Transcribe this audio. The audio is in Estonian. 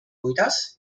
kuidas